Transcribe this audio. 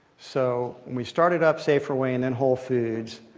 so when we started up saferway and then whole foods,